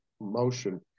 motion